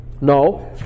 No